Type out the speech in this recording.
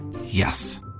Yes